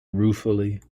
ruefully